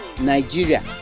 Nigeria